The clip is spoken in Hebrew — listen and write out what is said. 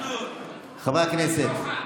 חברי הכנסת.